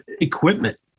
equipment